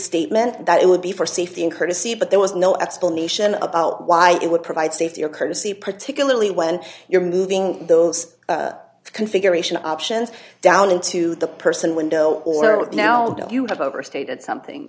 statement that it would be for safety in courtesy but there was no explanation about why it would provide safety or courtesy particularly when you're moving those configuration options down into the person window now you have overstated something